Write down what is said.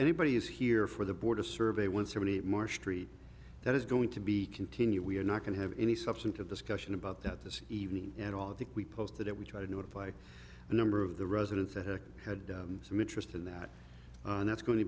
anybody is here for the board of survey one seventy eight more street that is going to be continued we're not going to have any substantive discussion about that this evening at all i think we posted it we try to do it via a number of the residents that have had some interest in that and that's going to